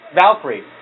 Valkyrie